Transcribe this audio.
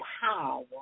power